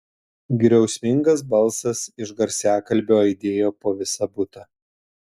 griausmingas balsas iš garsiakalbio aidėjo po visą butą